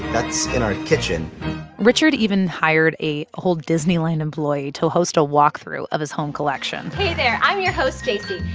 that's in our kitchen richard even hired a old disneyland employee to host a walk-through of his home collection hey, there. i'm your host, stacy.